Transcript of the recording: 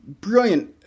brilliant